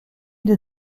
des